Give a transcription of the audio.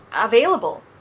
available